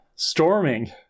storming